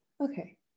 okay